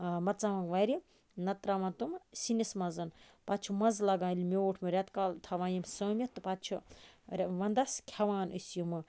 مَرژٕوانٛگَن واریاہ نَتہٕ تراوان تم سِنِس مَنٛز پَتہٕ چھُ مَزٕ لَگان ییٚلہِ میوٗٹھمہ ریٚتکالہ تھاوان یِم سٲمِتھ تہٕ پَتہٕ چھُ وَندَس کھیٚوان أسۍ یمہٕ